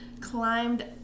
climbed